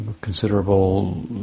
considerable